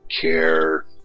care